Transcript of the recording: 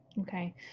Okay